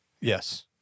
yes